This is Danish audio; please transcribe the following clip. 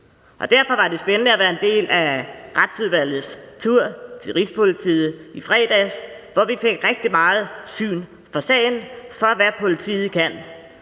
derfor var det spændende at være en del af Retsudvalgets tur til Rigspolitiet i fredags, hvor vi fik rigtig meget syn for sagen for, hvad politiet kan.